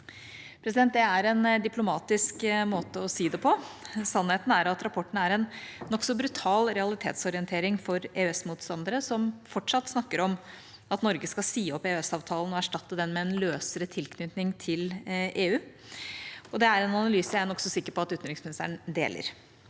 Det er en diplomatisk måte å si det på. Sannheten er at rapporten er en nokså brutal realitetsorientering for EØS-motstandere, som fortsatt snakker om at Norge skal si opp EØS-avtalen og erstatte den med en løsere tilknytning til EU. Det er en analyse jeg er nokså sikker på at utenriksministeren deler.